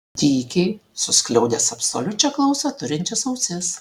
tykiai suskliaudęs absoliučią klausą turinčias ausis